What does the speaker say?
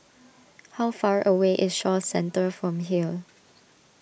how far away is Shaw Centre from here